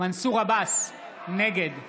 נגד